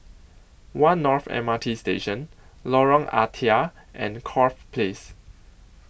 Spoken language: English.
one North M R T Station Lorong Ah Thia and Corfe Place